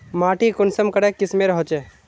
माटी कुंसम करे किस्मेर होचए?